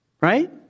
Right